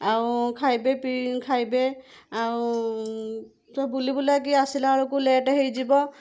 ଆଉ ଖାଇବେ ପି ଖାଇବେ ଆଉ ସବୁ ବୁଲି ବୁଲାକି ଆସିଲାବେଳକୁ ଲେଟେ ହେଇଯିବ